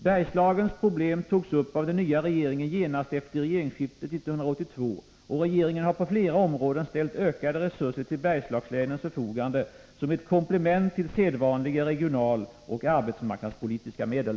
Bergslagens problem togs upp av den nya regeringen genast efter regeringsskiftet 1982, och regeringen har på flera områden ställt ökade resurser till Bergslagslänens förfogande som ett komplement till sedvanliga regionaloch arbetsmarknadspolitiska medel.